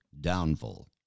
downfall